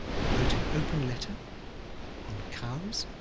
he wrote an open letter on cows,